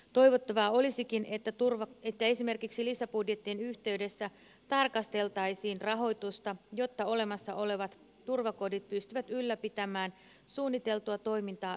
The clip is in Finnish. toivottavaa olisikin että esimerkiksi lisäbudjettien yhteydessä tarkasteltaisiin rahoitusta jotta olemassa olevat turvakodit pystyvät ylläpitämään suunniteltua toimintaa ympäri vuoden